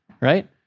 right